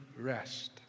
rest